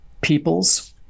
peoples